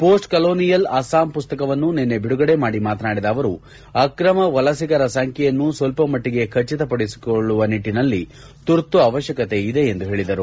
ಪೋಸ್ವ್ colonial Assam ಪುಸ್ತಕವನ್ನು ನಿನ್ನೆ ಬಿಡುಗಡೆ ಮಾಡಿ ಮಾತನಾಡಿದ ಅವರು ಅಕ್ರಮ ವಲಸಿಗರ ಸಂಖ್ಯೆಯನ್ನು ಸ್ವಲ್ಪಮಟ್ಟಿಗೆ ಖಚಿತಪಡಿಸಿಕೊಳ್ಳುವ ನಿಟ್ವಿನಲ್ಲಿ ತುರ್ತು ಅವಶ್ಯಕತೆ ಇದೆ ಎಂದು ಹೇಳಿದರು